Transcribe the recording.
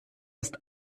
ist